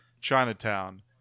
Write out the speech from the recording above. Chinatown